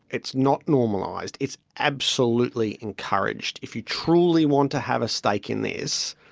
it's not normalised, it's absolutely encouraged. if you truly want to have a stake in this,